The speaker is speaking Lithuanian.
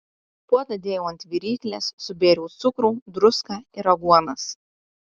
puodą dėjau ant viryklės subėriau cukrų druską ir aguonas